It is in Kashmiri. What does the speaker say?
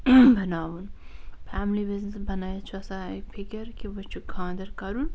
بَناوُن فیملی بِزِنِس بَنٲوِتھ چھُ آسان فِکِر کہِ وۅنۍ چھُ خانٛدر کَرُن